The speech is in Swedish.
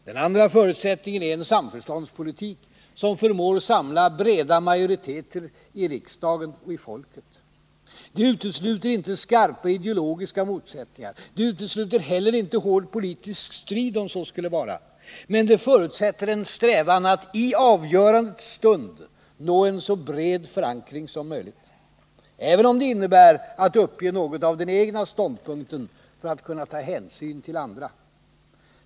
Den andra förutsättningen är en samförståndspolitik som förmår samla breda majoriteter i riksdagen och i folket. Det utesluter inte skarpa ideologiska motsättningar, det utesluter heller inte hård politisk strid, men det förutsätter en strävan att i avgörandets stund nå en så bred förankring som möjligt, även om det innebär att uppge något av den egna ståndpunkten för att ta hänsyn till andra.